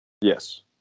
Yes